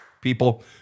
people